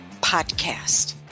podcast